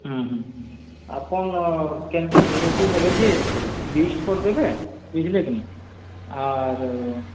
ହୁଁ ହୁଁ ଆପଣ୍ କେନ୍ କେନ୍ ଭେରାଇଟି ନେବେ ଯେ ଲିଷ୍ଟ୍ କରିଦେବେ ବୁଝ୍ଲେ କିନି ଆର୍